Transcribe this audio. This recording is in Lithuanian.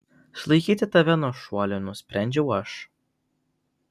sulaikyti tave nuo šuolio nusprendžiau aš